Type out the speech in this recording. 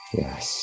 yes